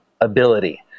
ability